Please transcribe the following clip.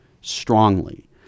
strongly